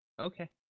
Okay